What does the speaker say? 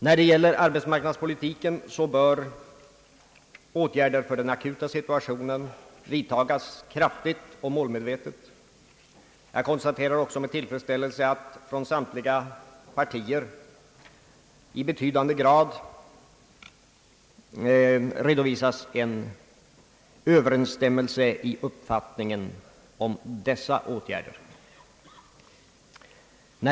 När det gäller arbetsmarknadspolitiken bör åtgärder för den aktua situationen vidtagas kraftfullt och målmedvetet. Jag konstaterar också med tillfredsställelse att från samtliga partier redovisas i betydande grad överensstämmelse i uppfattningen om dessa åtgärder.